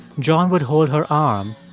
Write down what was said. john would hold her arm,